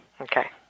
Okay